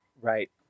Right